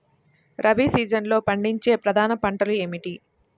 రబీ సీజన్లో పండించే ప్రధాన పంటలు ఏమిటీ?